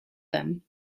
them